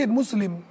Muslim